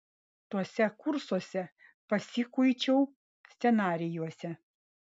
tuose kursuose pasikuičiau scenarijuose